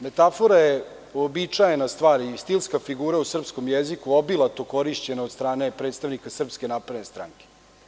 Metafora je uobičajena stvar i stilska figura u srpskom jeziku obilato korišćena od strane predstavnika SNS.